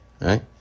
Right